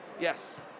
Yes